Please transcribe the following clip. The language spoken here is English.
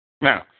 Now